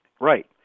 Right